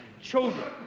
children